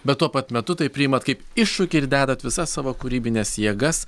bet tuo pat metu tai priimat kaip iššūkį ir dedat visas savo kūrybines jėgas